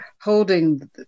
holding